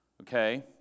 Okay